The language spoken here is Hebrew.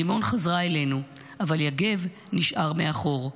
רימון חזרה אלינו, אבל יגב נשאר מאחור,